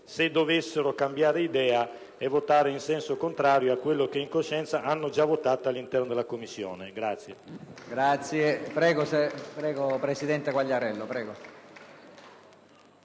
dovessero cambiare idea e votare in senso contrario a quello che in coscienza avevano votato all'interno della Commissione.